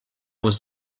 was